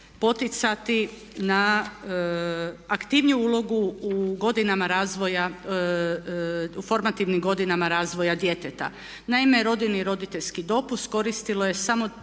poticati na aktivniju ulogu u godinama razvoja, u formativnim godinama razvoja djeteta. Naime, rodiljni i roditeljski dopust koristilo je samo